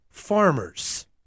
Farmers